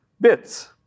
bits